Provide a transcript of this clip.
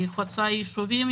היא חוצה ישובים.